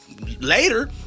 later